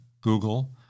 Google